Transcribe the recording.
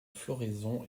floraison